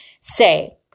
say